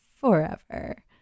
forever